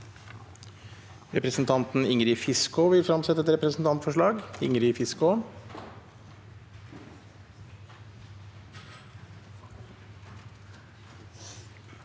Representanten Ingrid Fiskaa vil fremsette et representantforslag.